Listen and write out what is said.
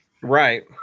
Right